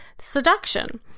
seduction